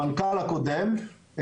המנכ"ל הקודם,